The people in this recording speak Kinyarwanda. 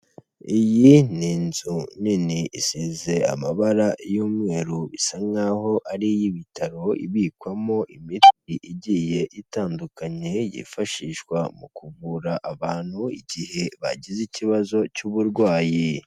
Iyi ni inzu nini i isize amabara y'umweru isa nk'aho ari iy'ibitaro ibikwamo imiti igiye itandukanye yifashishwa mu kuvura abantu igihe bagize ikibazo cy'uburwayi.